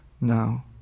now